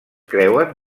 creuen